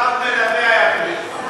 חשב מלווה היה מביא לך.